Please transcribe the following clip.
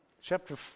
Chapter